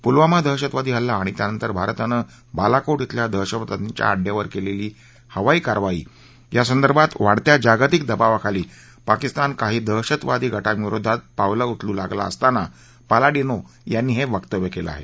पुलवामा दहशतवादी हल्ला आणि त्यानंतर भारतानं बालाकोट खेल्या दहशतवाद्यांच्या अड्डयावर केलेल्या हवाई कारवायीनंतर वाढत्या जागतिक दबावाखाली पाकिस्तान काही दहशतवादी गटांविरोधात पावलं उचलू लागला असताना पालाडिनो यांनी हे वक्त्व्य केलं आहे